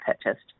purchased